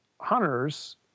hunters